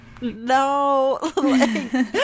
no